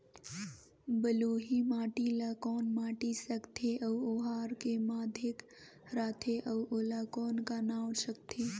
बलुही माटी ला कौन माटी सकथे अउ ओहार के माधेक राथे अउ ओला कौन का नाव सकथे?